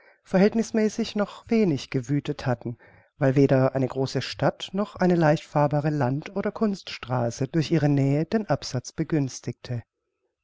verhältnißmäßig noch wenig gewüthet hatten weil weder eine große stadt noch eine leicht fahrbare land oder kunststraße durch ihre nähe den absatz begünstigte